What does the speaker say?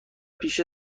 پیش